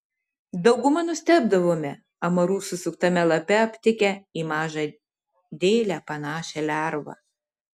dauguma nustebdavome amarų susuktame lape aptikę į mažą dėlę panašią lervą